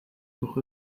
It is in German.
doch